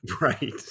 right